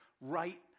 right